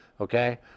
Okay